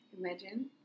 Imagine